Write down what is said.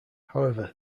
however